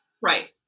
Right